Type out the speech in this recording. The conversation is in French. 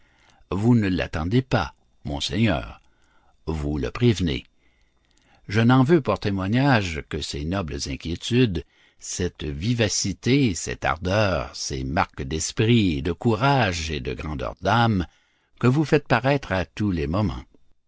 vous ne l'attendez pas monseigneur vous le prévenez je n'en veux pour témoignage que ces nobles inquiétudes cette vivacité cette ardeur ces marques d'esprit de courage et de grandeur d'âme que vous faites paraître à tous les moments